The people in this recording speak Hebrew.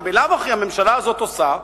שבלאו הכי הממשלה הזאת עושה,